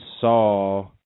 saw –